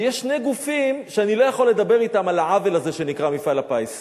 כי יש שני גופים שאני לא יכול לדבר אתם על העוול הזה שנקרא מפעל הפיס: